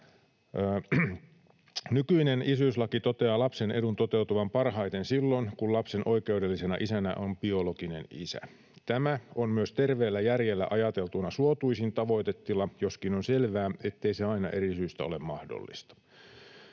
Nykyinen isyyslaki toteaa lapsen edun toteutuvan parhaiten silloin kun lapsen oikeudellisena isänä on biologinen isä. Tämä on myös terveellä järjellä ajateltuna suotuisin tavoitetila, joskin on selvää, ettei se aina eri syistä ole mahdollista.